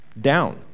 down